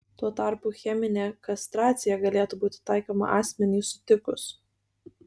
tuo tarpu cheminė kastracija galėtų būti taikoma asmeniui sutikus